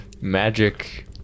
magic